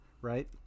right